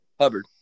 Hubbard